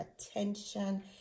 attention